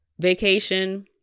vacation